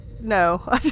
No